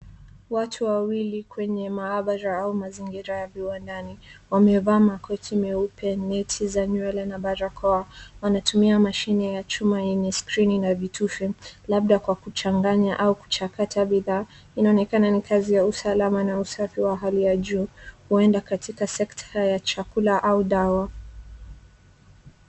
Watu wawili kwenye maabara au mazingira ya viwandani wamevaa makoti meupe, neti za nywele na barakoa. Wanatumia mashine ya chuma yenye skrini na vitufe, labda kwa kuchanganya au kuchakata bidhaa. Inaonekana ni kazi ya usalama na usafi wa hali ya juu huenda katika sekta ya chakula au dawa.